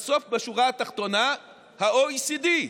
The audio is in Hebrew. בסוף, בשורה התחתונה, ה-OECD,